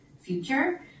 future